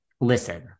listen